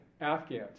Afghans